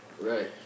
Right